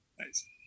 Nice